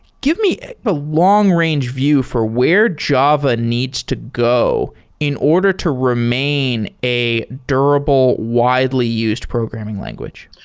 give me a but long range view for where java needs to go in order to remain a durable widely used programming language.